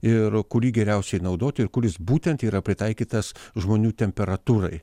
ir kurį geriausiai naudot ir kuris būtent yra pritaikytas žmonių temperatūrai